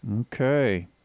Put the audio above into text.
Okay